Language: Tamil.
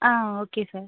ah okay sir